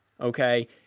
Okay